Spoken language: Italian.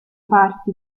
parti